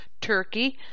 Turkey